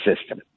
system